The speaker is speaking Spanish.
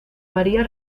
maria